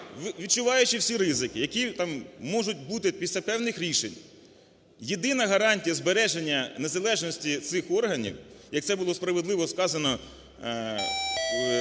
відчуваючи всі ризики, які, там, можуть бути після певних рішень єдина гарантія збереження незалежності цих органів, як це було справедливо сказано